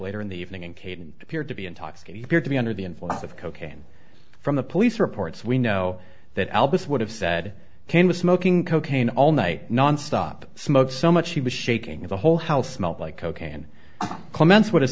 later in the evening and caden appeared to be intoxicated appeared to be under the influence of cocaine from the police reports we know that albus would have said can was smoking cocaine all night nonstop smoke so much he was shaking the whole house smelled like cocaine comments w